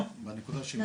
לא, לבן רגיל,